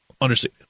understood